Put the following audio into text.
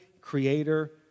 creator